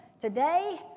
today